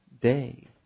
day